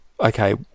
Okay